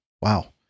Wow